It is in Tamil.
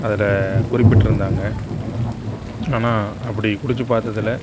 அதில் குறிப்பிட்டிருந்தாங்க ஆனால் அப்படி குடிச்சு பார்த்ததில்